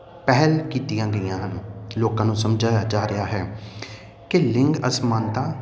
ਪਹਿਲ ਕੀਤੀਆਂ ਗਈਆਂ ਹਨ ਲੋਕਾਂ ਨੂੰ ਸਮਝਾਇਆ ਜਾ ਰਿਹਾ ਹੈ ਕਿ ਲਿੰਗ ਅਸਮਾਨਤਾ